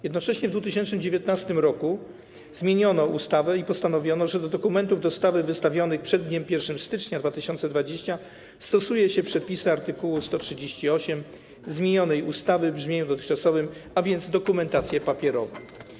Jednocześnie w 2019 r. zmieniono ustawę i postanowiono, że do dokumentów dostawy wystawionych przed dniem 1 stycznia 2020 r. stosuje się przepisy art. 138 zmienionej ustawy w brzmieniu dotychczasowym, a więc dokumentację papierową.